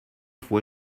fue